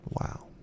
Wow